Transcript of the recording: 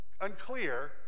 unclear